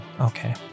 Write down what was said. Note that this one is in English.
Okay